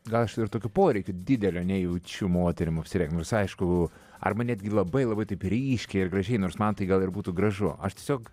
gal aš ir tokio poreikio didelio nejaučiu moterim apsirengt nors aišku arba netgi labai labai taip ryškiai ir gražiai nors man tai gal ir būtų gražu aš tiesiog